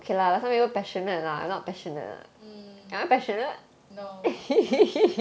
mm no